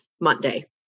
Monday